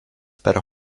per